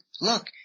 Look